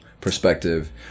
perspective